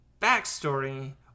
backstory